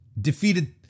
defeated